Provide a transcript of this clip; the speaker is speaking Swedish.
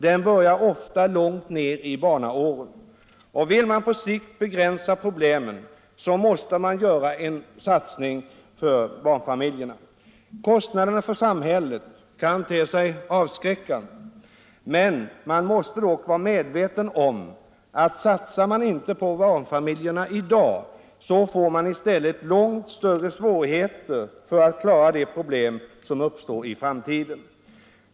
Den börjar ofta långt ner i barnaåren. Vill man på sikt begränsa problemen så måste man göra en satsning på barnfamiljerna. Kostnaderna för samhället kan te sig avskräckande. Man måste dock vara medveten om att satsar man inte på barnfamiljerna i dag, får man i stället långt större svårigheter att klara de problem som uppstår i framtiden.